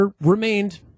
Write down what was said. remained